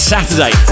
Saturday